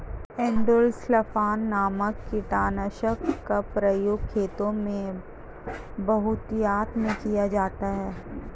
endosulfan नामक कीटनाशक का प्रयोग खेतों में बहुतायत में किया जाता है